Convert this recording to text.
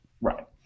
Right